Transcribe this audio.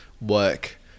work